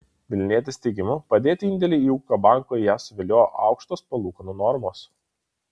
vilnietės teigimu padėti indėlį į ūkio banką ją suviliojo aukštos palūkanų normos